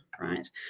right